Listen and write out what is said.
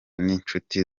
n’incuti